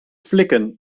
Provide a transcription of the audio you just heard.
flikken